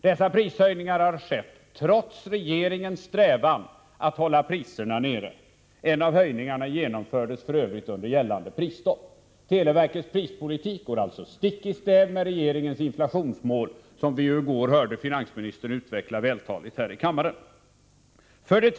Dessa prishöjningar har skett trots regeringens strävan att hålla priserna nere. En av höjningarna genomfördes f.ö. under gällande prisstopp. Televerkets prispolitik går alltså stick i stäv med regeringens inflationsmål, som vi ju i går hörde finansministern utveckla vältaligt här i kammaren. 3.